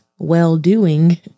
well-doing